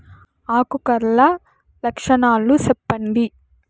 ఆకు కర్ల లక్షణాలు సెప్పండి